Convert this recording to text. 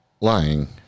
Lying